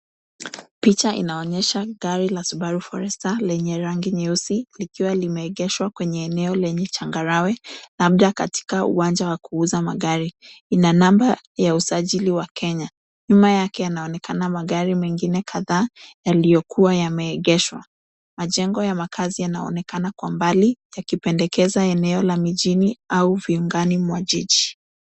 Picha inaonyesha gari la Subaru Forester lenye rangi nyeusi likiwa limeegeshwa kwenye eneo lenye changarawe labda katika uwanja wa kuuza magari. Ina namba ya usajili wa Kenya. Nyuma yake yanaonekana magari mengine kadhaa yaliyokuwa yameegeshwa. Majengo ya makazi yanaonekana kwa mbali yakipendekeza eneo la mijini au viungani mwa jiji.